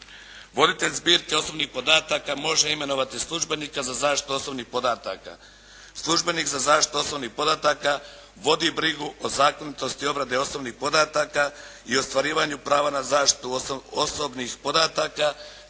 "Voditelj zbirke osobnih podataka može imenovati službenika za zaštitu osobnih podataka. Službenik za zaštitu osobnih podataka vodi brigu o zakonitosti obrade osobnih podataka i ostvarivanju prava na zaštitu osobnih podataka,